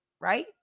Right